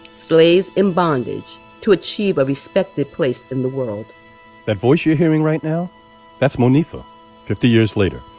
slaves in bondage, to achieve a respected place in the world that voice you're hearing right now that's monifa fifty years later,